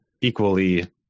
equally